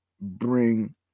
bring